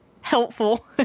helpful